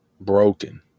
broken